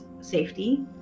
safety